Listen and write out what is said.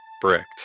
bricked